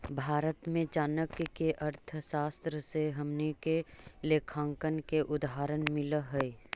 भारत में चाणक्य के अर्थशास्त्र से हमनी के लेखांकन के उदाहरण मिल हइ